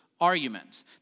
argument